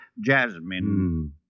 Jasmine